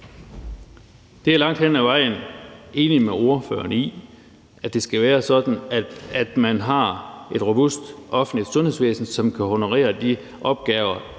Det er jeg langt hen ad vejen enig med ordføreren i, altså at det skal være sådan, at man har et robust offentligt sundhedsvæsen, som kan honorere de opgaver,